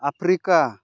Africa